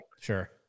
Sure